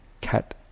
cat